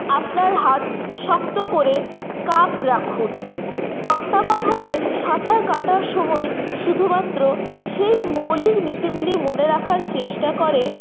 আপনার হাত শক্ত করে কাপ রাখুন তত্ত্বাবধানে সাঁতার কাটার সময় শুধুমাত্র সেই মৌলিক নীতিগুলি মনে রাখার চেষ্টা করে